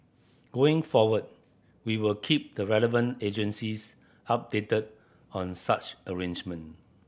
going forward we will keep the relevant agencies updated on such arrangement